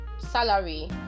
salary